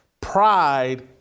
pride